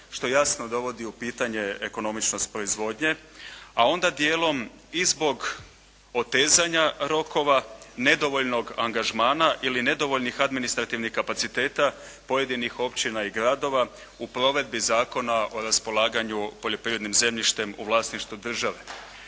što jasno dovodi u pitanje ekonomičnost proizvodnje a onda dijelom i zbog otezanja rokova, nedovoljnog angažmana ili nedovoljnih administrativnih kapaciteta pojedinih općina i gradova u provedbi Zakona o raspolaganju poljoprivrednim zemljištem u vlasništvu države.